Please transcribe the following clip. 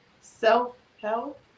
Self-help